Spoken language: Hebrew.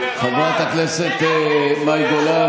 חברת הכנסת מאי גולן,